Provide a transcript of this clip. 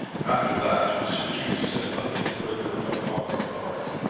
after that sir hugh said nothing further about ongar park.